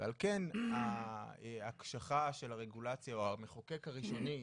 על כן ההקשחה של הרגולציה או המחוקק הראשוני,